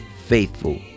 faithful